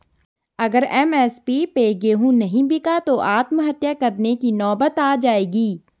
अगर एम.एस.पी पे गेंहू नहीं बिका तो आत्महत्या करने की नौबत आ जाएगी